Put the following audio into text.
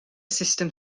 sustem